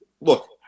look